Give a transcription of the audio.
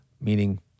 meaning